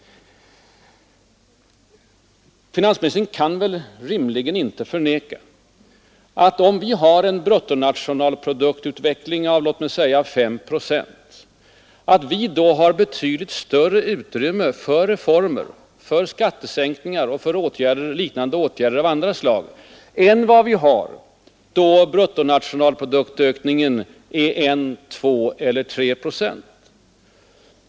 Finansministern kan väl rimligen inte förneka att om vi har en bruttonationalproduktutveckling på låt mig säga 5 procent har vi betydligt större utrymme för reformer, skattesänkningar och åtgärder av liknande slag än vad vi har då bruttonationalproduktökningen är 1, 2 eller 3 procent.